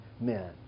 men